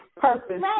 purpose